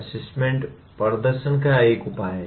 assessment प्रदर्शन का एक उपाय है